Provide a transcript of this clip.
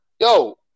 Yo